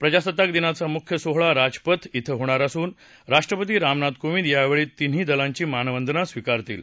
प्रजासत्ताक दिनाचा मुख्य सोहळा राजपथ इथं होणार असून राष्ट्रपती रामनाथ कोविंद यावेळी तिन्ही दलांची मानवंदना स्विकारतील